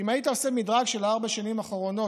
אם היית עושה מדרג של ארבע השנים האחרונות,